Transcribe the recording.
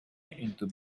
into